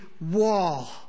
wall